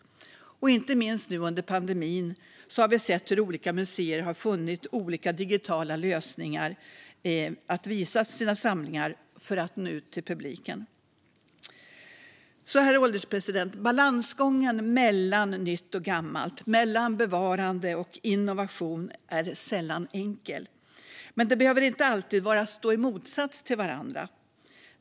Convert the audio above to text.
Inte minst under pandemin har vi sett hur olika museer har funnit olika digitala lösningar för att visa sina samlingar och för att nå publiken. Herr ålderspresident! Balansgången mellan nytt och gammalt, mellan bevarande och innovation, är sällan enkel, men de behöver inte alltid stå i motsats till varandra.